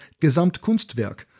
Gesamtkunstwerk